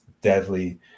deadly